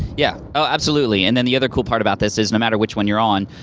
yeah, oh absolutely and then the other cool part about this is no matter which one you're on,